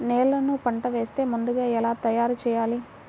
నేలను పంట వేసే ముందుగా ఎలా తయారుచేయాలి?